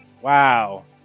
Wow